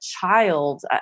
child